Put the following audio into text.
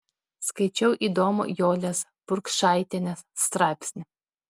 skaičiau įdomų jolės burkšaitienės straipsnį